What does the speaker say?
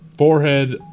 Forehead